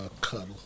cuddle